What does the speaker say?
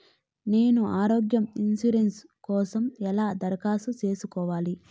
నేను ఆరోగ్య ఇన్సూరెన్సు కోసం ఎలా దరఖాస్తు సేసుకోవాలి